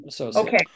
Okay